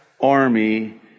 army